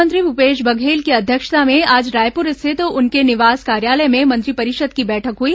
मुख्यमंत्री भूपेश बघेल की अध्यक्षता में आज रायपुर स्थित उनके निवास कार्यालय में मंत्रिपरिषद की बैठक हुई